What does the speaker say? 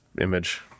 image